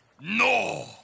No